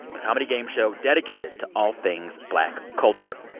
a comedy game show dedicated to all things black culture.